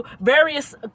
various